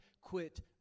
quit